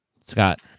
Scott